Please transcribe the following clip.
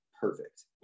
perfect